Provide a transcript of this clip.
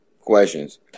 questions